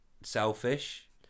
selfish